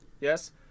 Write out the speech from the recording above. Yes